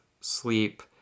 sleep